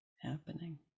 happening